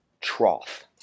trough